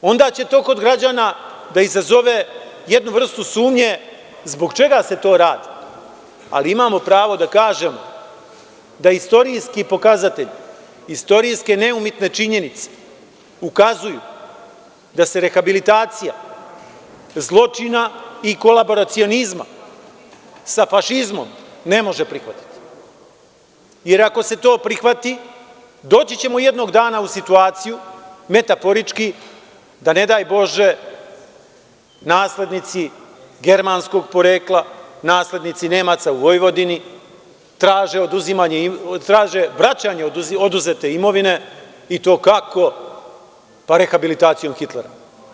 Onda će to kod građana da izazove jednu vrstu sumnje zbog čega se to radi, ali imamo pravo da kažemo da istorijski pokazatelji, istorijske neumitne činjenice ukazuju da se rehabilitacija zločina i kolaboracionizma sa fašizmom ne može prihvatiti, jer ako se to prihvati doći ćemo jednog dana u situaciju, metaforički, da ne daj Bože naslednici germanskog porekla, naslednici Nemaca u Vojvodini traže vraćanje oduzete imovine i to kako, rehabilitacijom Hitlera.